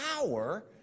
power